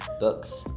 books.